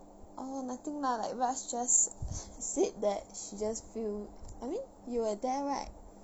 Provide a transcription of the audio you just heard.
orh nothing lah like raj just said that she just feel I mean you were there right